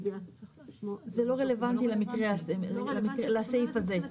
זה לא רלבנטי למקרה הזה, לסעיף הזה.